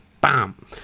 Bam